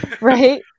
right